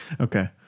Okay